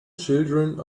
children